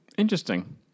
Interesting